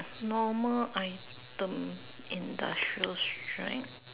normal item industrial strength